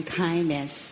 kindness